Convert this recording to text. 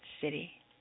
city